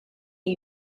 ħin